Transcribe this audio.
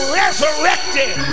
resurrected